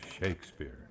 Shakespeare